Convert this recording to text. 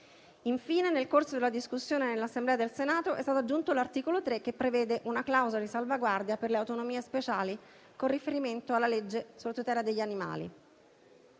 Infine, nel corso della discussione nell'Assemblea del Senato, è stato aggiunto l'articolo 3 che prevede una clausola di salvaguardia per le autonomie speciali con riferimento alla legge sulla tutela degli animali.